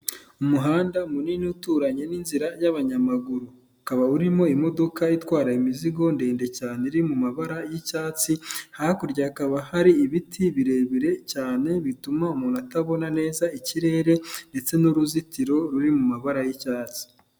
Umuhanda munini uturanye n'inzira y'abanyamaguru. Ukaba urimo imodoka itwara imizigo ndende cyane iri mu mabara y'icyatsi, hakurya hakaba hari ibiti birebire cyane bituma umuntu atabona neza ikirere ndetse n'uruzitiro ruri mu mabara y'icyatsi.